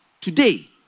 today